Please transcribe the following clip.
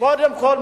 קודם כול,